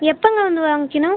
எப்போங்க வந்து வாங்கிக்கணும்